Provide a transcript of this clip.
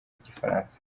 igifaransa